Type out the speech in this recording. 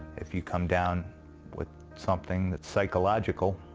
if you come down with something that's psychological,